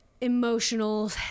emotional